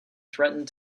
threatened